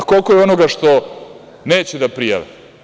A, koliko je onoga što neće da prijave?